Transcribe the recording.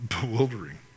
bewildering